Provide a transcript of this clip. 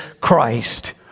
Christ